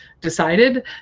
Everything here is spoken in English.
decided